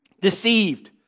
deceived